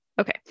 okay